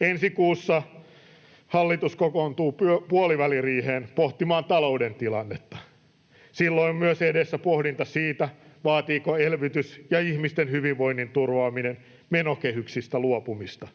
Ensi kuussa hallitus kokoontuu puoliväliriiheen pohtimaan talouden tilannetta. Silloin on edessä myös pohdinta siitä, vaativatko elvytys ja ihmisten hyvinvoinnin turvaaminen menokehyksistä luopumista.